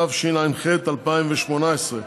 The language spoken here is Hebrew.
התשע"ח 2018,